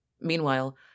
Meanwhile